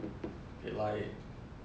they lie